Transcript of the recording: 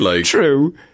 True